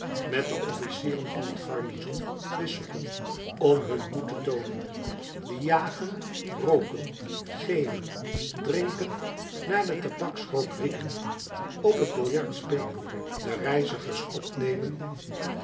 met de officieren van het garnizoen twist zoeken om hun moed te toonen die jagen rooken geeuwen drinken naar den tabaksrook rieken op t biljart spelen de reizigers opnemen